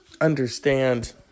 understand